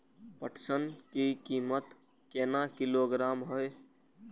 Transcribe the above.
पटसन की कीमत केना किलोग्राम हय?